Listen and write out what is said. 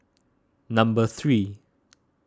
number three